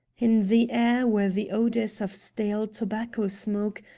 in the air were the odors of stale tobacco-smoke,